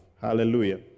Hallelujah